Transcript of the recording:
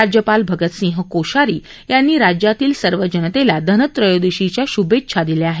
राज्यपाल भगत सिंह कोश्यारी यांनी राज्यातील सर्व जनतेला धनत्रयोदशीच्या श्भेच्छा दिल्या आहेत